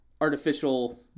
artificial